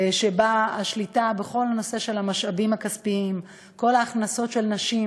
של השליטה בכל הנושא של המשאבים הכספיים: ההכנסות של נשים,